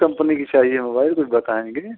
company की चाहिए mobile कुछ बताएंगे